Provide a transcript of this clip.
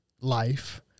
life